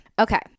Okay